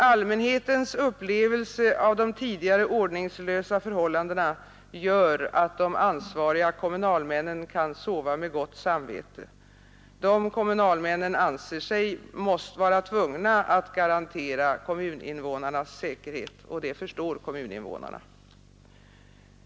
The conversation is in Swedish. Allmänhetens upplevelse av de tidigare ordningslösa förhållandena gör att de ansvariga kommunalmännen kan sova med gott samvete. De anser sig vara tvungna att garantera kommuninnevånarnas säkerhet, och det förstår kommuninnevånarna.